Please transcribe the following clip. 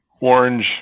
orange